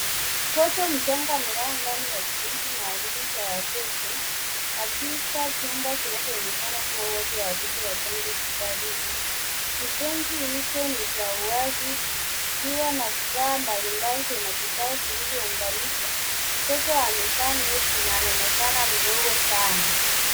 Mtoto mchanga amelala ndani ya kipenzi maalum cha watoto katika chumba kinachoonekana kuwa wodi ya watoto wachanga hospitalini. Kipenzi hicho ni cha wazi kikiwa na vifaa mbalimbali vya matibabu vilivyounganishwa. Mtoto amevaa nepi na anaonekana mdogo sana.